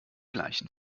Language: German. gleichen